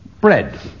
Bread